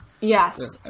Yes